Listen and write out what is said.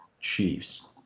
Chiefs